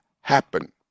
happen